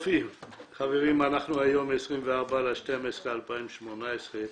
חברים, היום 24 בדצמבר 2018,